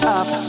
up